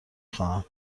خواهم